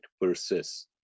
persists